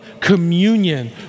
communion